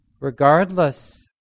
Regardless